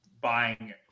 buying